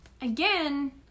again